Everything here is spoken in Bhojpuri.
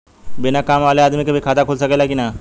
बिना काम वाले आदमी के भी खाता खुल सकेला की ना?